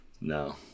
No